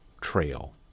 trail